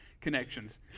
connections